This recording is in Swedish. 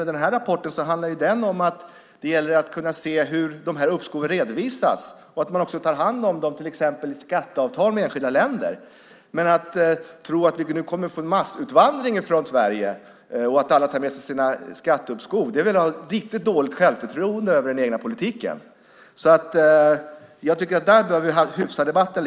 Den här rapporten handlar om att det gäller att se hur uppskoven redovisas och att man tar hand om dem i skatteavtal med enskilda länder till exempel. Att tro att vi kommer att få en massutvandring från Sverige och att alla tar med sig sina skatteuppskov är väl att ha riktigt dåligt förtroende för den egna politiken. Där behöver vi hyfsa debatten.